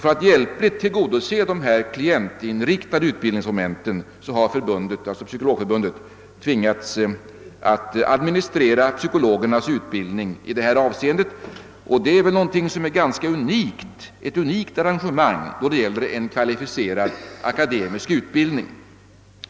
För att hjälpligt tillgodose de klientinriktade =:utbildningsmomenten har Psykologförbundet tvingats att administrera psykologernas utbildning i detta avseende. Detta är väl ett unikt arrangemang då det gäller en kvalificerad akademisk utbildning.